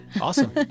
Awesome